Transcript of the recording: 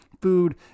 Food